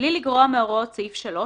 בלי לגרוע מהוראות סעיף 3,